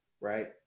right